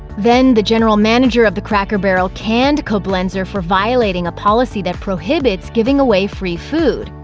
then, the general manager of the cracker barrel canned koblenzer for violating a policy that prohibits giving away free food.